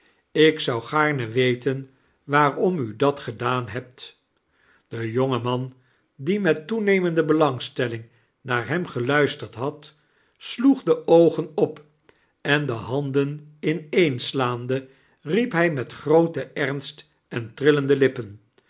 ik zou gaarne weten waarom u dat gedaan hebt de jonge man die met toenemende belangstelling naar hem geluisterd had sloeg de oogen op en de handen jneenslaande riep hij met grooten ernst en trillende lippen